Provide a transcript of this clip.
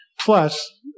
Plus